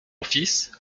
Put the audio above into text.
fils